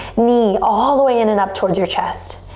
knee all the way and and up towards your chest.